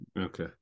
okay